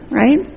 right